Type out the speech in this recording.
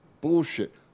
bullshit